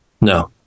No